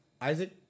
Isaac